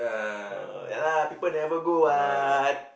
uh ya lah people never go what